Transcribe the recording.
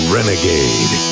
Renegade